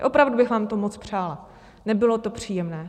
Opravdu bych vám to moc přála, nebylo to příjemné.